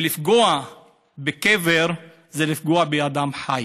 ולפגוע בקבר זה לפגוע באדם חי.